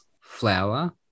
flour